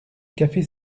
café